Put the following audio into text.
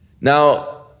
Now